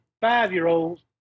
five-year-olds